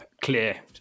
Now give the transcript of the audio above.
clear